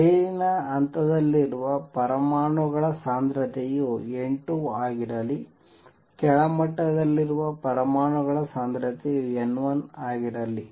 ಮೇಲಿನ ಹಂತದಲ್ಲಿರುವ ಪರಮಾಣುಗಳ ಸಾಂದ್ರತೆಯು n2 ಆಗಿರಲಿ ಕೆಳಮಟ್ಟದಲ್ಲಿರುವ ಪರಮಾಣುಗಳ ಸಾಂದ್ರತೆಯು n1 ಆಗಿರಲಿ